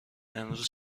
امروز